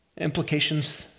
Implications